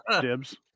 Dibs